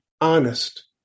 honest